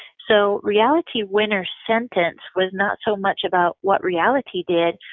so reality winner's sentence was not so much about what reality did,